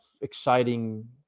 exciting